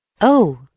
Oh